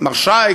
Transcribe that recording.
מר שי,